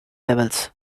levels